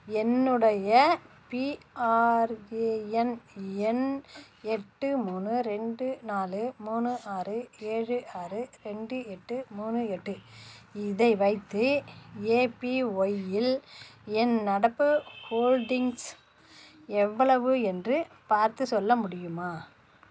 என்னுடைய பிஆர்ஏஎன் எண் எட்டு மூணு இரண்டு நாலு மூணு ஆறு ஏழு ஆறு இரண்டு எட்டு மூணு எட்டு இதை வைத்து ஏபிஒய்யில் என் நடப்பு ஹோல்டிங்ஸ் எவ்வளவு என்று பார்த்துச் சொல்ல முடியுமா